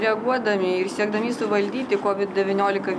reaguodami ir siekdami suvaldyti covid devyniolika